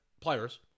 players